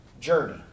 journey